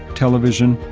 television,